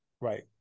right